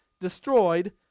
destroyed